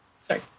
Sorry